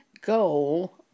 goal